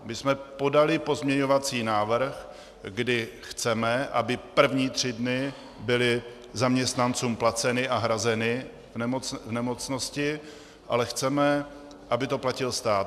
My jsme podali pozměňovací návrh, kdy chceme, aby první tři dny byly zaměstnancům placeny a hrazeny v nemocnosti, ale chceme, aby to platil stát.